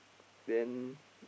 then